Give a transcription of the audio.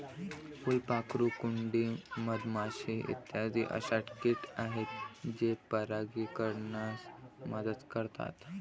फुलपाखरू, कुंडी, मधमाशी इत्यादी अशा किट आहेत जे परागीकरणास मदत करतात